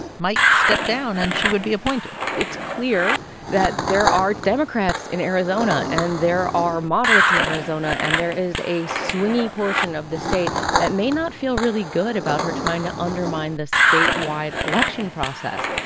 might step down. and she would be appointed it's clear that there are democrats in arizona, and there are moderates in arizona. and there is a swingy portion of the state that may not feel really good about her trying to undermine the statewide election process.